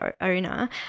owner